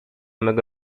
mego